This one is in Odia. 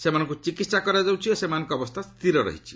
ସେମାନଙ୍କୁ ଚିକିତ୍ସା କରାଯାଉଛି ଓ ସେମାନଙ୍କ ଅବସ୍ଥା ସ୍ଥିର ରହିଛି